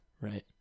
right